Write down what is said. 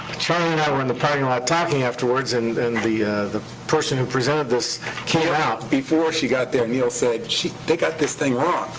and i were in the parking lot talking afterwards, and and the the person who presented this came out. before she got there, neal said, they got this thing wrong.